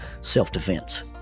self-defense